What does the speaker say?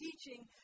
teaching